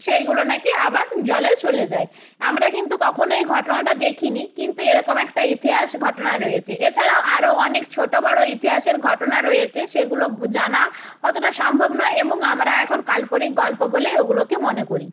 সেইগুলো নাকি আবার জলে চলে যায় আমরা কিন্তু কখনো এই ঘটনাটা দেখিনি কিন্তু এরকম একটা ইতিহাস ঘটনা রয়েছে এছাড়াও আরো অনেক ছোট বড় ইতিহাসের ঘটনা রয়েছে সেগুলো জানা অতটা সম্ভব নয় এবং আমরা এখন কাল্পনিক গল্প বলেই ওগুলোকে মনে করি